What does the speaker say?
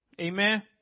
Amen